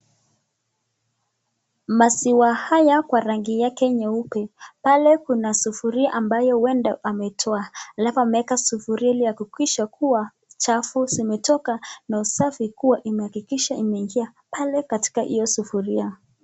Maziwa haya kwa rangi yake nyeupe , pale kuna sufuria ambayo huenda ametoa alafu ameweka sufuria ili ahakikishe kuwa chafu zimetoka na usafi huwa imehakikisha imeingia pale katika hiyo sufuria.